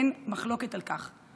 אין מחלוקת על כך.